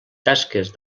tasques